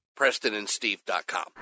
PrestonandSteve.com